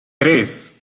tres